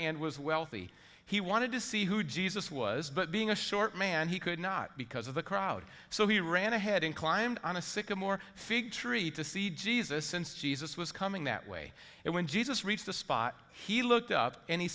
and was wealthy he wanted to see who jesus was but being a short man he could not because of the crowd so he ran ahead and climbed on a sycamore fig tree to see jesus since jesus was coming that way and when jesus reached the spot he looked up and he